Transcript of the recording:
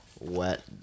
Wet